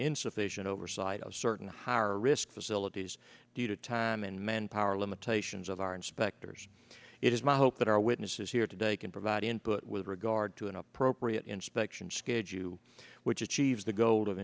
insufficient oversight of certain higher risk facilities due to time and manpower limitations of our inspectors it is my hope that our witnesses here today can provide input with regard to an appropriate inspection schedule which achieves the goal of